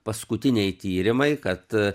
paskutiniai tyrimai kad